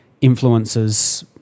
influences